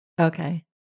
Okay